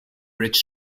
bridge